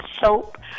soap